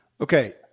Okay